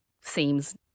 seems